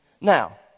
Now